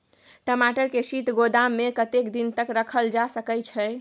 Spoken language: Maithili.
टमाटर के शीत गोदाम में कतेक दिन तक रखल जा सकय छैय?